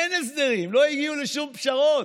אין הסדרים, לא הגיעו לשום פשרות.